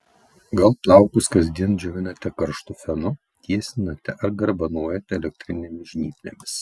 gal plaukus kasdien džiovinate karštu fenu tiesinate ar garbanojate elektrinėmis žnyplėmis